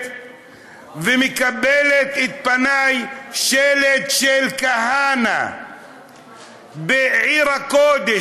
ומקבל את פניי שלט של כהנא בעיר הקודש,